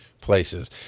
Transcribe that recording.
places